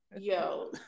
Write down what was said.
Yo